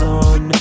on